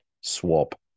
swap